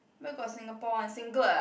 where got Singapore one singlet ah